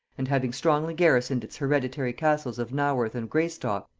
and having strongly garrisoned its hereditary castles of naworth and greystock,